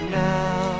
now